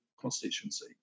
constituency